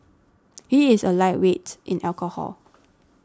he is a lightweight in alcohol